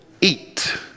eat